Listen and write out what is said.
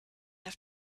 have